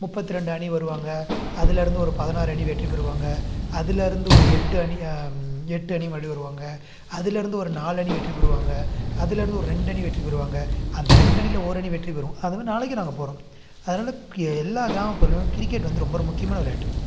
முப்பத்தி ரெண்டு அணி வருவாங்க அதுலிருந்து ஒரு பதினாறு அணி வெற்றி பெறுவாங்க அதுலிருந்து ஒரு எட்டு அணி எட்டு அணி மறுபடி வருவாங்க அதுலிருந்து ஒரு நாலு அணி வெற்றி பெறுவாங்க அதுலிருந்து ஒரு ரெண்டணி வெற்றி பெறுவாங்க அந்த ரெண்டணியில் ஓர் அணி வெற்றி பெறும் அதனால் நாளைக்கு நாங்கள் போகிறோம் அதனால் கி எல்லா கிராமப்புறயிலும் கிரிக்கெட் வந்து ரொம்ப ஒரு முக்கியமான விளையாட்டு